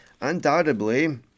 Undoubtedly